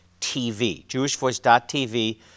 jewishvoice.tv